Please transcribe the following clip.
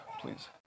please